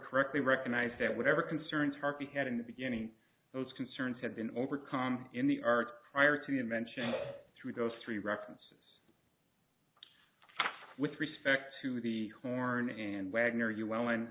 correctly recognize that whatever concerns harpy had in the beginning those concerns had been overcome in the art prior to the invention through those three references with respect to the horn and wagner you well